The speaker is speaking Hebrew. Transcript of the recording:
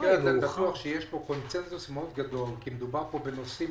שבמקרה הזה אני בטוח שיש פה קונצנזוס מאוד גדול כי מדובר פה בנושאים